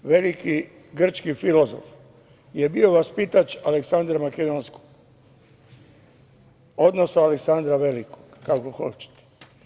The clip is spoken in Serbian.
Aristotel, veliki grčki filozof, je bio vaspitač Aleksandra Makedonskog, odnosno Aleksandra Velikog, kako hoćete.